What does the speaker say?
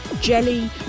jelly